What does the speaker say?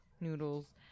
Noodles